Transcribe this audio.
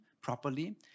properly